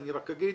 אני רק אגיד